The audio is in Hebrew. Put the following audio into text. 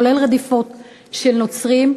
כולל רדיפות של נוצרים,